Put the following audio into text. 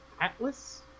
Atlas